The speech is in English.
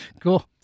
Cool